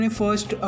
first